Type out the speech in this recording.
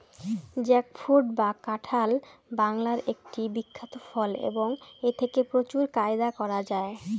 jackfruit বা কাঁঠাল বাংলার একটি বিখ্যাত ফল এবং এথেকে প্রচুর ফায়দা করা য়ায়